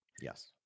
yes